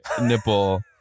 nipple